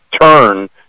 turn